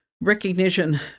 recognition